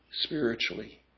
Spiritually